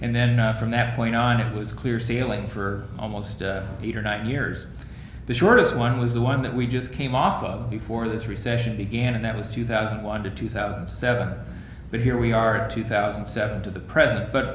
and then from that point on it was clear sailing for almost either nine years the shortest one was the one that we just came off of before this recession began and that was two thousand and one to two thousand and seven but here we are two thousand and seven to the present but